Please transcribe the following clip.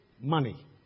money